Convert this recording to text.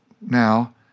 now